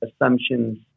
assumptions